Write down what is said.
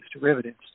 derivatives